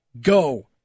go